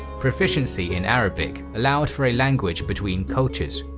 proficiency in arabic allowed for a language between cultures.